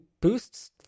boosts